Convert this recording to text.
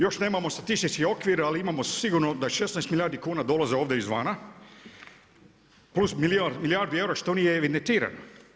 Još nemamo statistički okvir ali imamo sigurno da 16 milijardi kuna dolaze ovdje izvana plus milijardu eura što nije evidentirano.